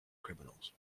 criminals